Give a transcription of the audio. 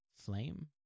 flame